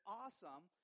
awesome